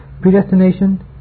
Predestination